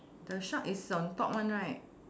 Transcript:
the shark is on top one right